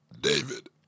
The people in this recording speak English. David